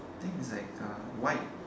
think it's like uh white